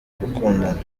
gukundana